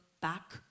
back